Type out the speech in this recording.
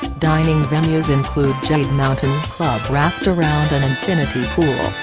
dining venues include jade mountain club wrapped around an infinity pool,